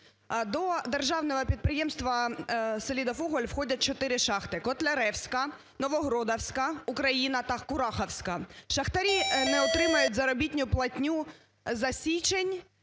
До Державного підприємства "Селидовуголь" входять чотири шахти: "Котляревська", "Новогродівська", "Україна" та "Курахівська". Шахтарі не отримають заробітну платню за січень,